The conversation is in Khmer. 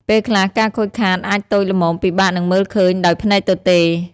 ពេលខ្លះ ការខូចខាតអាចតូចល្មមពិបាកនឹងមើលឃើញដោយភ្នែកទទេ។